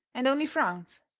and only frowns.